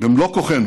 במלוא כוחנו